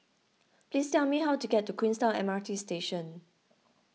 please tell me how to get to Queenstown M R T Station